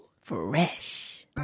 Fresh